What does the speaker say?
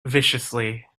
viciously